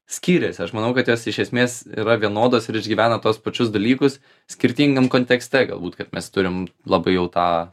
skyrėsi aš manau kad jos iš esmės yra vienodos ir išgyvena tuos pačius dalykus skirtingam kontekste galbūt kad mes turim labai jau tą